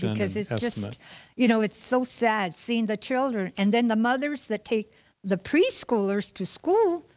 because it's you know it's so sad, seeing the children. and then the mothers that take the preschoolers to school,